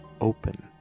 open